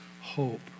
hope